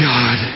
God